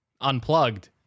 unplugged